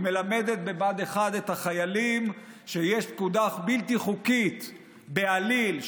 היא מלמדת בבה"ד 1 את החיילים שכשיש פקודה בלתי חוקית בעליל,